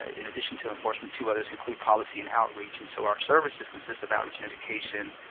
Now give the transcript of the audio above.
in addition to enforcement, two others include policy and outreach. and so our services consist of outreach and education,